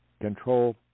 control